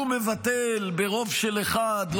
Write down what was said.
הוא מבטל ברוב של אחד,